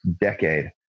decade